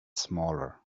smaller